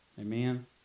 Amen